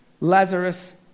Lazarus